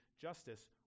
justice